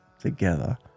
together